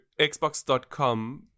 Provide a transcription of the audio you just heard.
xbox.com